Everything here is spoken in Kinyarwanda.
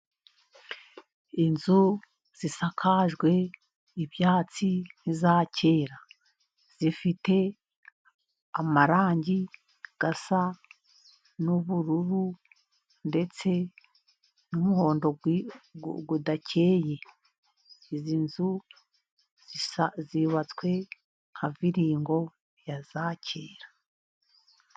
Inzu zisakajwe ibyatsi nk'iza kera, zifite amarangi asa n'ubururu ndetse n'umuhondo udakeye. Izi nzu zisa, zubatswe nka viringo ya za kera.